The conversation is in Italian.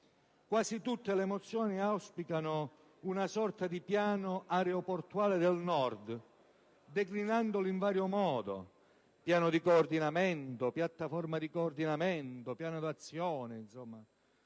Quasi tutte le mozioni auspicano una sorta di piano aeroportuale del Nord, declinandolo in vario modo: «piano di coordinamento», «piattaforma di coordinamento», «piano di azioni».